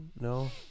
No